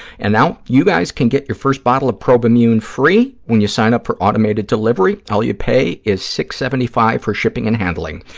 and now, you guys can get your first bottle of probimune free when you sign up for automated delivery. all you pay is six dollars. seventy five for shipping and handling.